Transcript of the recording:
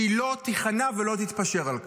שהיא לא תיכנע ולא תתפשר על כך.